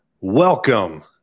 Welcome